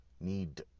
Need